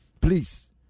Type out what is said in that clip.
please